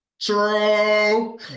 true